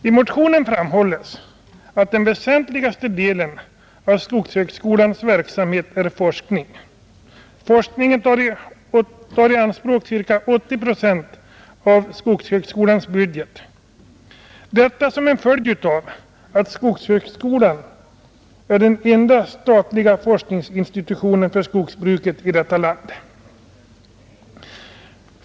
I motionen framhålles att den väsentligaste delen av hela skogshögskolans verksamhet är forskning, som tar ca 80 procent av skogshögskolans budget i anspråk. Detta är en följd av att skogshögskolan är den enda statliga forskningsinstitutionen för skogsbruket i vårt land.